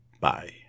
Bye